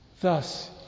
Thus